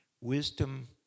Wisdom